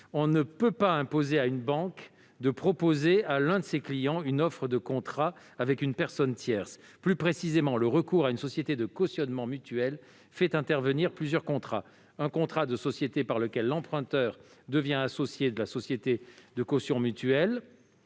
On ne peut pas imposer à une banque de proposer à l'un de ses clients une offre de contrat avec une personne tierce. Plus précisément, le recours à une société de caution mutuelle fait intervenir plusieurs contrats : un contrat de société par lequel l'emprunteur devient associé de la société de caution mutuelle,